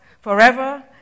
forever